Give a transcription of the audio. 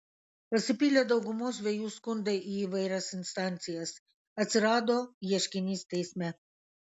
pasipylė daugumos žvejų skundai į įvairias instancijas atsirado ieškinys teisme